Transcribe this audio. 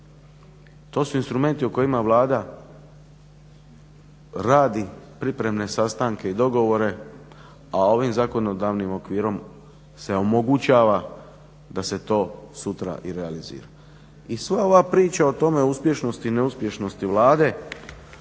To su instrumenti o kojima Vlada radi pripremne sastanke i dogovore, a ovim zakonodavnim okvirom se omogućava da se to sutra i realizira. I sva ova priča o tome, uspješnosti i neuspješnosti Vlade